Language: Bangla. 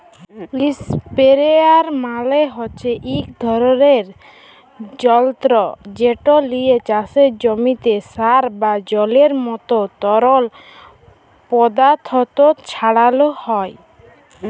ইসপেরেয়ার মালে হছে ইক ধরলের জলতর্ যেট লিয়ে চাষের জমিতে সার বা জলের মতো তরল পদাথথ ছড়ালো হয়